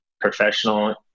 professional